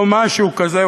או משהו כזה,